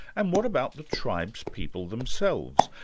and what about the tribespeople themselves?